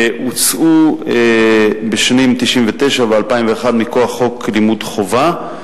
שהוצאו בשנים 1999 ו-2001 מכוח חוק לימוד חובה.